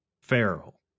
Feral